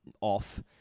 off